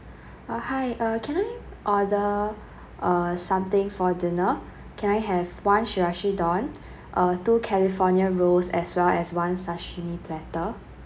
uh hi uh can I order uh something for dinner can I have one chirashi don uh two california rolls as well as one sashimi platter